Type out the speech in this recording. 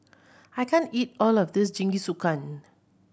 I can't eat all of this Jingisukan